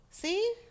See